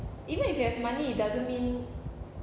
even if you have money it doesn't mean